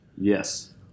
Yes